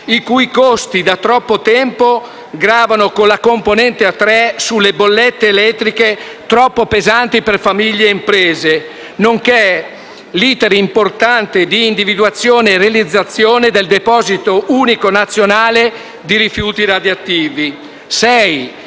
i cui costi da troppo tempo gravano con la componente A3 sulle bollette elettriche troppo pesanti per famiglie e imprese, nonché l'*iter* importante di individuazione e realizzazione del deposito unico nazionale di rifiuti radioattivi;